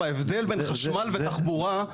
ההבדל בין חשמל ותחבורה הוא